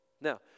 Now